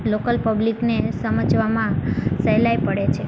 local પબ્લિકને સમજવામાં સહેલાઈ પડે છે